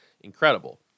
incredible